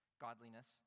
godliness